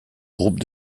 groupe